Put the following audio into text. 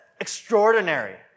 extraordinary